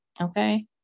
Okay